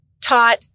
taught